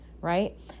right